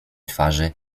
twarzy